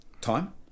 time